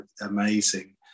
amazing